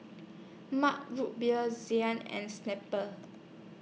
Mug Root Beer Zinc and Snapple